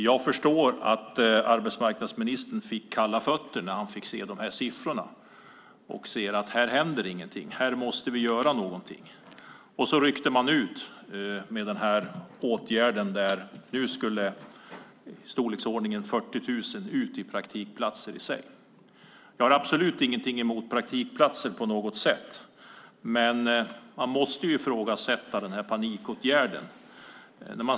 Jag förstår att arbetsmarknadsministern fick kalla fötter när han fick se dessa siffror och såg att det inte händer någonting utan att någonting måste göras. Man ryckte då ut med denna åtgärd där i storleksordningen 40 000 skulle ut i praktikplatser. Jag har absolut ingenting emot praktikplatser på något sätt, men man måste ifrågasätta denna panikåtgärd.